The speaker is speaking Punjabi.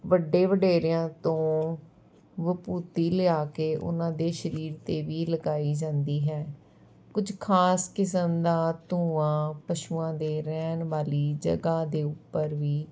ਵੱਡੇ ਵਡੇਰਿਆਂ ਤੋਂ ਬਭੂਤੀ ਲਿਆ ਕੇ ਉਹਨਾਂ ਦੇ ਸਰੀਰ 'ਤੇ ਵੀ ਲਗਾਈ ਜਾਂਦੀ ਹੈ ਕੁਝ ਖ਼ਾਸ ਕਿਸਮ ਦਾ ਧੂੰਆਂ ਪਸ਼ੂਆਂ ਦੇ ਰਹਿਣ ਵਾਲੀ ਜਗ੍ਹਾ ਦੇ ਉੱਪਰ ਵੀ